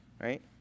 Right